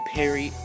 Perry